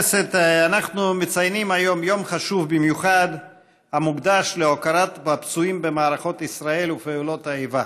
ציון יום ההוקרה לפצועי מערכות ישראל ופעולות האיבה,